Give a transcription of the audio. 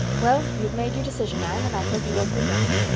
well, you've made your decision, anne, and i hope you won't regret it.